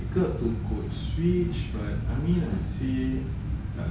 oh dear there's something wrong with the thing